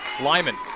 Lyman